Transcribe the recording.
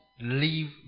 leave